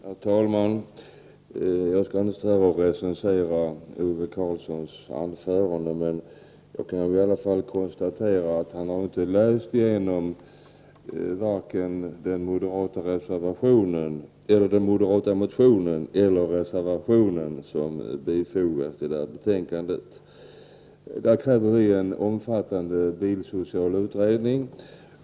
Herr talman! Jag skall inte stå här och recensera Ove Karlssons anförande, men jag kan i alla fall konstatera att han inte har läst vare sig den moderata motionen eller reservationen till föreliggande betänkande. Vi reservanter kräver en omfattande bilsocial utredning.